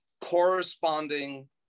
corresponding